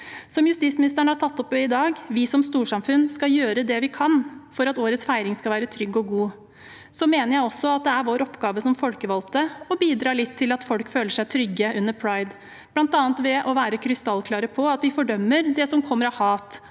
Som justisministeren har tatt opp i dag: Vi som storsamfunn skal gjøre det vi kan for at årets feiring skal være trygg og god. Jeg mener også at det er vår oppgave som folkevalgte å bidra litt til at folk føler seg trygge under pride, bl.a. ved å være krystallklare på at vi fordømmer det som kommer av hat,